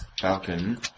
Falcon